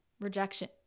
rejection